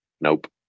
nope